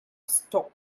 stopped